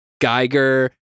Geiger